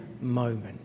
moment